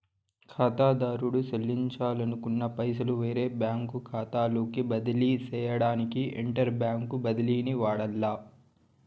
కాతాదారుడు సెల్లించాలనుకున్న పైసలు వేరే బ్యాంకు కాతాలోకి బదిలీ సేయడానికి ఇంటర్ బ్యాంకు బదిలీని వాడాల్ల